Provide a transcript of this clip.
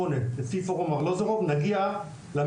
נגיע לממוצע של ה-OECD.